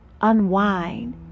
unwind